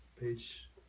page